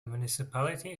municipality